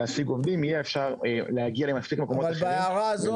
יהיה אפשר להגיע --- אבל בהערה הזאת,